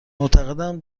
معتقدم